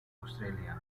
australia